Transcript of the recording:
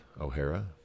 O'Hara